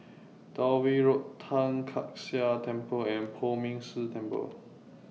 Dalvey Road Tai Kak Seah Temple and Poh Ming Tse Temple